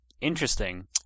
interesting